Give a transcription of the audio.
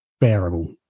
bearable